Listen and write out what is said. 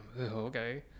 Okay